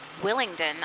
Willingdon